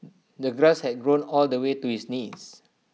the grass had grown all the way to his knees